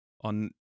on